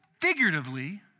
Figuratively